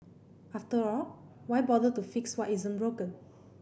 after all why bother to fix what isn't broken